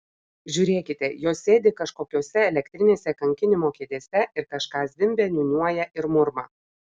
žiūrėkite jos sėdi kažkokiose elektrinėse kankinimo kėdėse ir kažką zvimbia niūniuoja ir murma